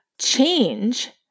change